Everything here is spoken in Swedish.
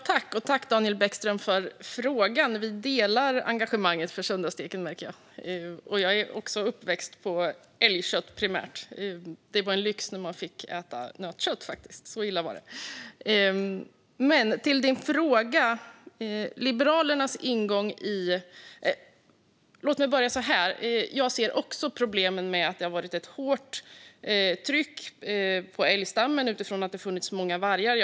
Fru talman! Tack, Daniel Bäckström, för frågan! Vi delar engagemanget för söndagssteken, märker jag. Jag är också uppvuxen med älgkött, primärt. Det var en lyx när man fick äta nötkött - så illa var det. Till din fråga: Jag ser också problemen med att det har varit ett hårt tryck på älgstammen eftersom det har funnits många vargar.